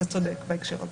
אתה צודק בהקשר הזה.